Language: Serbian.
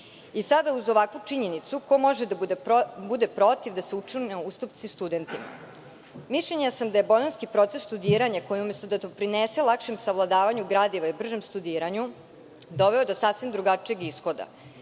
Uz ovakvu činjenicu, ko može da bude protiv da se učine ustupci studentima? Mišljenja sam da je bolonjski proces studiranja koji umesto da doprinese lakšem savladavanju gradiva i bržem studiranju, doveo do sasvim drugačijeg ishoda